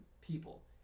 people